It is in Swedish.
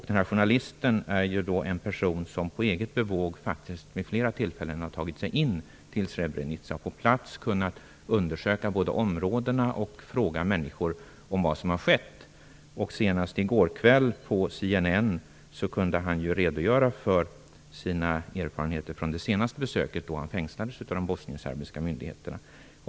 Det här journalisten är en person som på eget bevåg vid flera tillfällen har tagit sig in i Srebrenica och på plats kunnat både undersöka områdena och fråga människor om vad som har skett. I går kväll på CNN kunde han redogöra för sina erfarenheter från det senaste besöket, då han fängslades av de bosnienserbiska myndigheterna.